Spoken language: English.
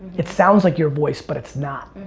it sounds like your voice but it's not.